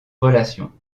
relations